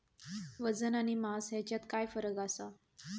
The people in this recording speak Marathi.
वजन आणि मास हेच्यात फरक काय आसा?